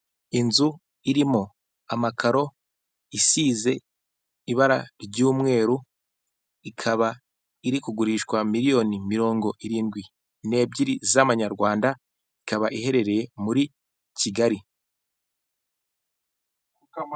Inzu irimo amakaro isize ibara ry'umweru ikaba iri kugurishwa miriyoni mirongo irindwi n'ebyiri z'amanyarwanda ikaba iherereye muri Kigali.